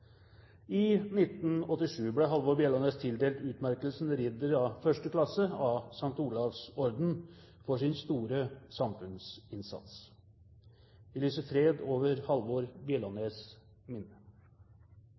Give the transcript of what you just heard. I 1987 ble Halvor Bjellaanes tildelt utmerkelsen Ridder av 1. klasse av St. Olavs Orden for sin store samfunnsinnsats. Vi lyser fred over Halvor